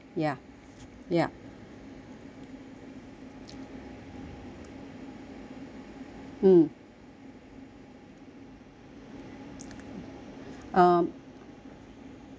yup mm um I